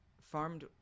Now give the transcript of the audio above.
farmed